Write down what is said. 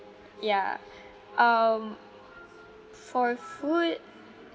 ya um for food